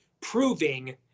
proving